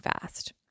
fast